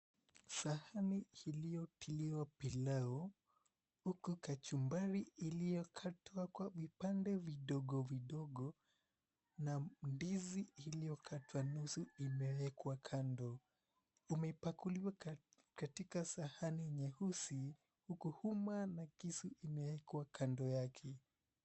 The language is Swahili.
Sahani iliyotiliwa pilau huku kachumbari iliyokatwa kwa vipande vidogo vidogo na ndizi iliyokatwa nusu imewekwa kando. Umepakuliwa katika sahani nyeusi huku uma na kisu imewekwa kando yake.